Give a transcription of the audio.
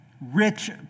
rich